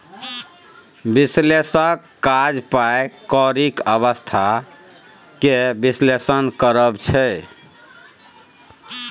बिश्लेषकक काज पाइ कौरीक अबस्था केँ बिश्लेषण करब छै